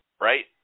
right